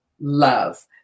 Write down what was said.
love